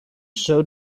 show